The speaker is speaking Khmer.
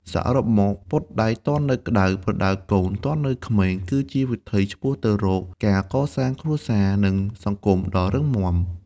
សរុបមក «ពត់ដែកទាន់នៅក្ដៅ ប្រដៅកូនទាន់នៅក្មេង» គឺជាវិថីឆ្ពោះទៅរកការកសាងគ្រួសារ និងសង្គមដ៏រឹងមាំ។